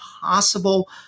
possible